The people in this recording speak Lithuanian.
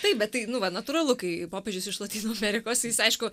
taip bet tai nu va natūralu kai popiežius iš lotynų amerikos jis aišku